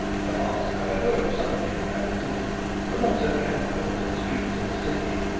the hearts, however, of some of the inhabitants were not so tranquil as the streets of the city.